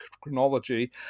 chronology